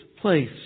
place